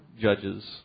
judges